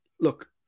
look